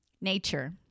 nature